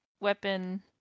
weapon